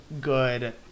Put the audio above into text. good